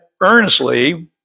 earnestly